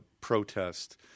protest